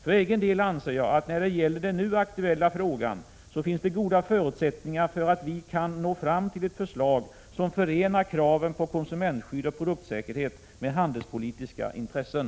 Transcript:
För egen del anser jag att när det gäller den nu aktuella frågan så finns det goda förutsättningar för att vi kan nå fram till ett förslag som förenar kraven på konsumentskydd och produktsäkerhet med handelspolitiska intressen.